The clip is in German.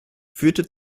führte